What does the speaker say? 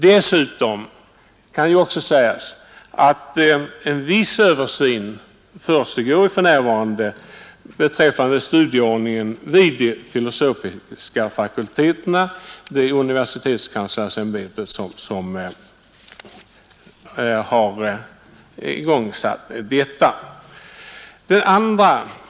Dessutom kan framhållas att en viss översyn av studieordningen vid de filosofiska fakulteterna för närvarande pågår inom universitetskanslersämbetet.